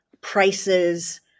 prices